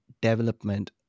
development